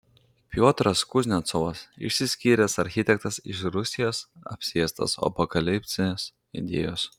piotras kuznecovas išsiskyręs architektas iš rusijos apsėstas apokalipsės idėjos